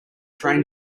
train